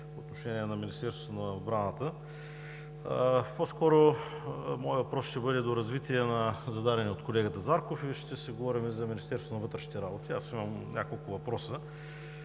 по отношение на Министерството на отбраната. По-скоро моят въпрос ще бъде доразвитие на зададения от колегата Зарков и ще си говорим за Министерството на вътрешните работи. Аз имам няколко въпроса